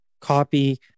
copy